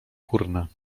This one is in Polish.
górne